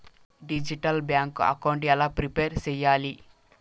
Digital bank account ఎలా prepare సెయ్యాలి?